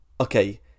okay